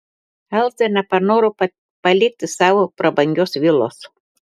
elza nepanoro palikti savo prabangios vilos